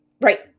Right